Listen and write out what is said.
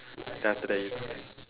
then after that you